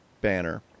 Banner